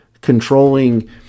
controlling